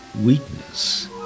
weakness